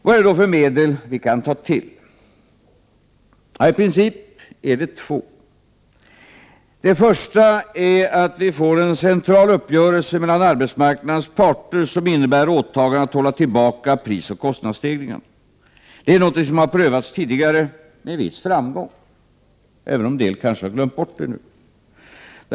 Vad är det då för medel som vi kan ta till? I princip är det två. Det första är att vi får en central uppgörelse mellan arbetsmarknadens parter som innebär åtaganden att hålla tillbaka prisoch kostnadsstegringarna. Det är något som har prövats tidigare med viss framgång, även om en del kanske har glömt bort det nu.